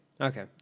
okay